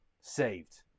saved